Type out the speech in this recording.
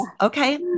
Okay